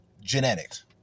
genetics